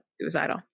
suicidal